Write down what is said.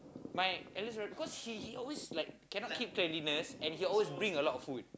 my eldest brother cause he he always like cannot keep cleanliness and he always bring a lot of food